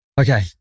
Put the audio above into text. Okay